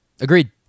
Agreed